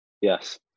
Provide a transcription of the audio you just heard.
Yes